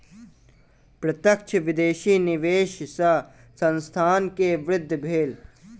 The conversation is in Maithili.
प्रत्यक्ष विदेशी निवेश सॅ संस्थान के वृद्धि भेल